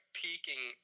peaking